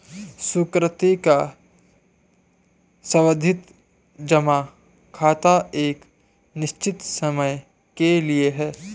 सुकृति का सावधि जमा खाता एक निश्चित समय के लिए है